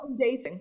dating